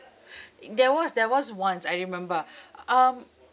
i~ there was there was once I remember um